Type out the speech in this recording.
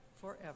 forever